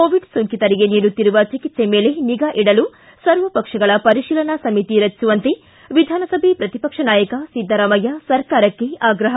Covid ಸೋಂಕಿತರಿಗೆ ನೀಡುತ್ತಿರುವ ಚಿಕಿತ್ಸೆ ಮೇಲೆ ನಿಗಾ ಇಡಲು ಸರ್ವಪಕ್ಷಗಳ ಪರಿಶೀಲನಾ ಸಮಿತಿ ರಚಿಸುವಂತೆ ವಿಧಾನಸಭೆ ಪ್ರತಿಪಕ್ಷ ನಾಯಕ ಸಿದ್ದರಾಮಯ್ಯ ಸರ್ಕಾರಕ್ಕೆ ಆಗ್ರಹ